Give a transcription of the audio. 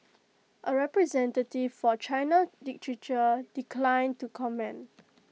A representative for China literature declined to comment